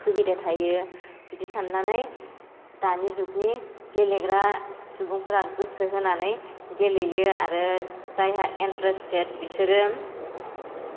सुबिदा थायो बिदि साननानै दानि जुगनि गेलेग्रा सुबुंफोरा गोसो होनानै गेलेयो आरो जायहा इन्टारेस्टेड बिसोरो